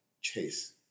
chase